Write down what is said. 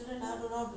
orh